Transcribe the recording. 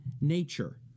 nature